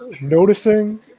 noticing